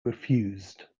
refused